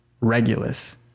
Regulus